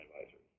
advisors